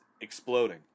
exploding